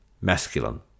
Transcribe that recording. masculine